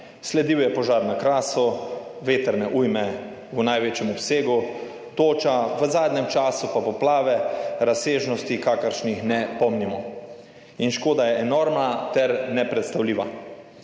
sledil je požar na Krasu, vetrne ujme, v največjem obsegu, toča, v zadnjem času pa poplave, razsežnosti kakršnih ne pomnimo in škoda je enormna ter nepredstavljiva.